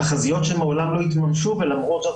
תחזיות שמעולם לא התממשו ולמרות זאת